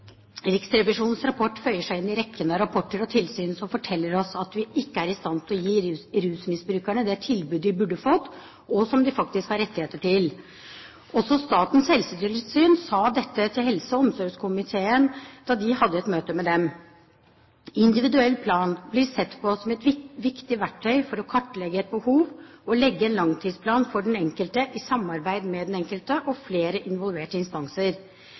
Riksrevisjonens rapport føyer seg inn i rekken av rapporter og tilsyn som forteller oss at vi ikke er i stand til å gi rusmisbrukerne det tilbudet de burde fått, og som de faktisk har rettigheter til. Også Statens helsetilsyn sa dette da helse- og omsorgskomiteen hadde et møte med dem. Individuell plan blir sett på som et viktig verktøy for å kartlegge et behov og for å legge en langtidsplan for den enkelte i samarbeid med den enkelte og flere involverte instanser.